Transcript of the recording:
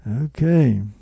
Okay